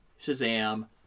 Shazam